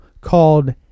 called